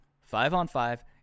five-on-five